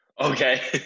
Okay